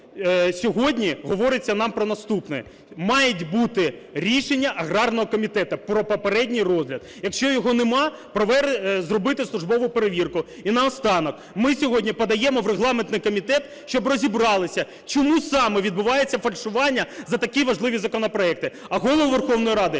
сьогодні говориться нам про наступне. Мають бути рішення аграрного комітету про попередній розгляд. Якщо його нема, зробити службову перевірку. І наостанок. Ми сьогодні подаємо в регламентний комітет, щоб розібралися, чому саме відбувається фальшування за такі важливі законопроекти. А Голову Верховної Ради